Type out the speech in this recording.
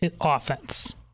offense